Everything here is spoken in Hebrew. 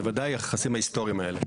בוודאי היחסים ההיסטוריים האלה.